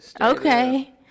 okay